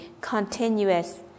continuous